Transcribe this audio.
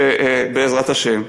בעזרת השם.